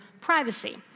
privacy